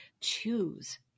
choose